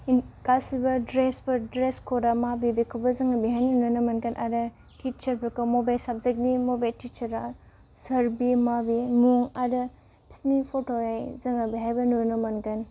गासैबो ड्रेसफोर ड्रेस कडआ माबे बेखौबो जोङो बेहायनो नुनो मोनगोन आरो टिचारफोरखौ मबे साबजेक्टनि मबे टिचारा सोर बि माबि मुं आरो बिसिनि फट' जोङो बेहायबो नुनो मोनगोन